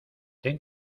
ten